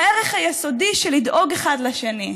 הערך היסודי של לדאוג אחד לשני,